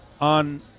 on